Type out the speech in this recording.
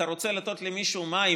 אתה רוצה לתת למישהו מים